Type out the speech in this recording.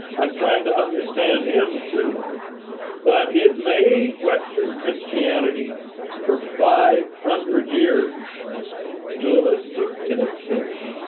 i'm trying to understand him too but it made western christianity for five hundred years dualistic in its thinking,